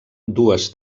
dues